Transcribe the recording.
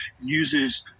uses